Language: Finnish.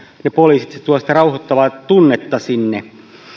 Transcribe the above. ne poliisit se tuo sitä rauhoittavaa tunnetta sinne